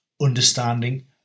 understanding